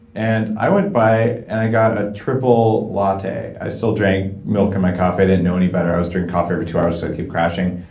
and i went by and i got a triple latte. i still drank milk in my coffee, i didn't know any better. i was drinking coffee every two hours so i'd keep crashing.